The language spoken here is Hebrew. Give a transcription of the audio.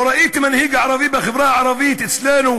לא ראיתי מנהיג ערבי בחברה הערבית אצלנו